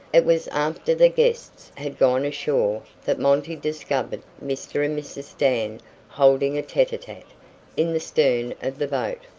it was after the guests had gone ashore that monty discovered mr. and mrs. dan holding a tete-a-tete in the stern of the boat.